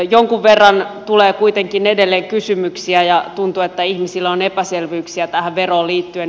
jonkun verran tulee kuitenkin edelleen kysymyksiä ja tuntuu että ihmisillä on epäselvyyksiä tähän veroon liittyen